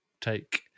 take